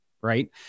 Right